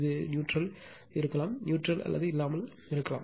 இது நியூட்ரல் இருக்கலாம் நியூட்ரல் அல்லது இல்லாமல் இருக்கலாம்